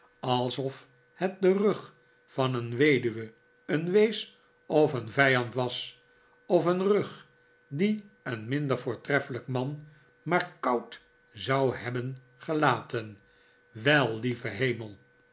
alsof het de rug van een weduwe een wees of een vijand was of een rug die een minder voortreffelijk man maar koud zou hebben gelaten wel lieve